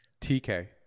TK